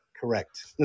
Correct